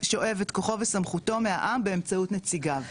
שואב את כוחו וסמכותו מהעם באמצעות נציגיו,